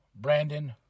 Brandon